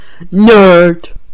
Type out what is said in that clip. Nerd